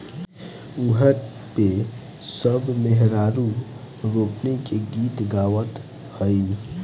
उहा पे सब मेहरारू रोपनी के गीत गावत हईन